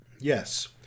yes